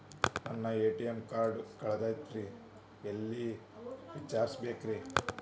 ನನ್ನ ATM card ಕಳದದ್ರಿ ಎಲ್ಲಿ ವಿಚಾರಿಸ್ಬೇಕ್ರಿ?